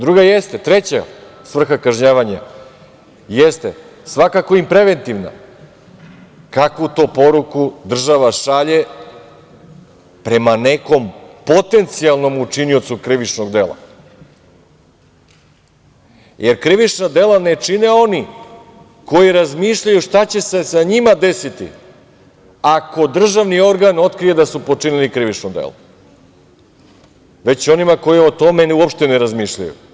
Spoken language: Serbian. Treća svrha kažnjavanja jeste, svakako i preventivna, kakvu to poruku država šalje prema nekom potencijalnom učiniocu krivičnog dela, jer krivično delo ne čine oni koji razmišljaju šta će se sa njima desiti ako državni organ otkrije da su počinili krivično delo, već onima koji o tome uopšte ne razmišljaju.